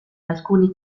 alcuni